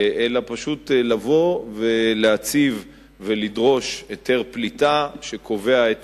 אלא פשוט לבוא ולהציב ולדרוש היתר פליטה שקובע את